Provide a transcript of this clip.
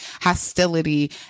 hostility